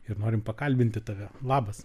ir norim pakalbinti tave labas